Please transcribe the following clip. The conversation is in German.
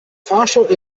fahrstuhl